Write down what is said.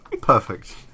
Perfect